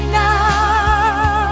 now